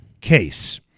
case